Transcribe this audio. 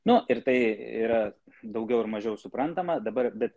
nu ir tai yra daugiau ar mažiau suprantama dabar bet